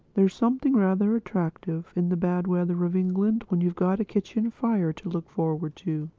there's something rather attractive in the bad weather of england when you've got a kitchen-fire to look forward to.